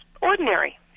ordinary